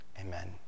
Amen